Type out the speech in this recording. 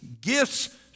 gifts